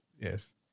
Yes